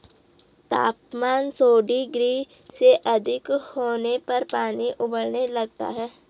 तापमान सौ डिग्री से अधिक होने पर पानी उबलने लगता है